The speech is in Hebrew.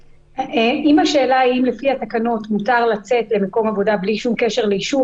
אם השאלה היא אם לפי התקנות מותר לצאת למקום עבודה בלי שום קשר לאישור,